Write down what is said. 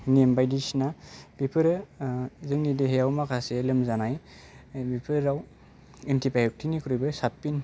निम बायदिसिना बेफोरो जोंनि देहायाव माखासे लोमजानाय बेफोराव एन्टिबाय'टिक निख्रुइबो साबसिन